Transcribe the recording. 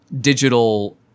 digital